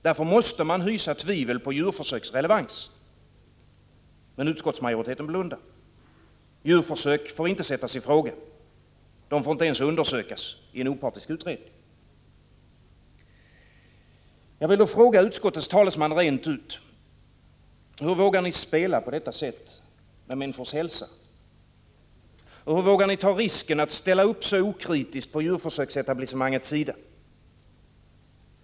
Därför måste man hysa tvivel om djurförsöks relevans. Men utskottsmajoriteten blundar. Djurförsök får inte sättas i fråga. De får inte ens undersökas i en opartisk utredning. Och hur vågar ni ta risken att ställa upp så okritiskt på djurförsöksetablis semangets sida?